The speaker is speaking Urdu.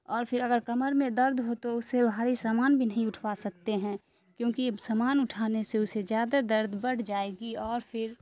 اور پھر اگر کمر میں درد ہو تو اسے بھاری سامان بھی نہیں اٹھوا سکتے ہیں کیونکہ یہ سامان اٹھانے سے اسے زیادہ درد بڑھ جائے گی اور پھر